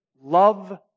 Love